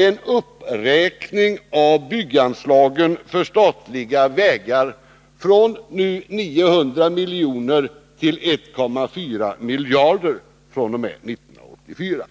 en uppräkning av bygganslagen för statliga vägar från nuvarande 900 miljoner till 1,4 miljarder fr.o.m. 1984.